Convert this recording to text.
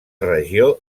regió